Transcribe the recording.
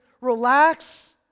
relax